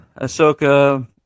Ahsoka